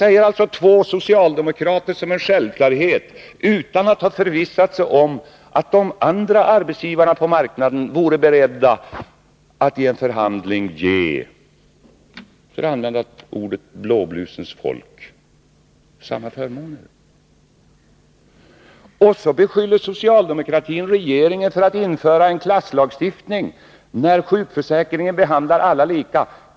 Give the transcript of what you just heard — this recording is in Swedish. Detta säger två socialdemokrater som en självklarhet, utan att ha förvissat sig om huruvida de andra arbetsgivarna på marknaden är beredda att i en förhandling ge — för att nu använda det uttrycket — blåblusens folk samma förmåner. Sedan beskyller socialdemokratin regeringen för att införa en klasslagstiftning, när sjukförsäkringen behandlar alla lika.